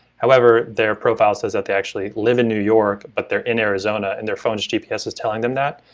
however, their profile says that they actually live in new york but they're in arizona and their phones' gps is telling them that.